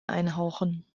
einhauchen